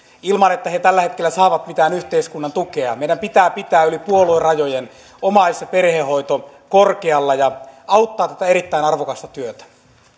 ilman että he tällä hetkellä saavat mitään yhteiskunnan tukea meidän pitää pitää yli puoluerajojen omais ja perhehoito korkealla ja auttaa tätä erittäin arvokasta työtä